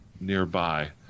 nearby